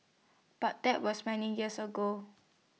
but that was many years ago